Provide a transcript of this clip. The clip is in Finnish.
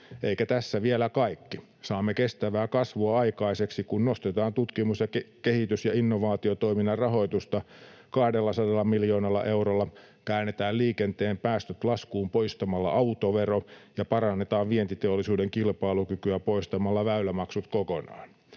Eikä tässä vielä kaikki. Saamme kestävää kasvua aikaiseksi, kun nostetaan tutkimus-, kehitys- ja innovaatiotoiminnan rahoitusta 200 miljoonalla eurolla, käännetään liikenteen päästöt laskuun poistamalla autovero ja parannetaan vientiteollisuuden kilpailukykyä poistamalla väylämaksut kokonaan.